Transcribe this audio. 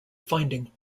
finding